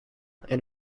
and